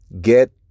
get